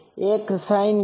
તેથી અહીં તે Y છે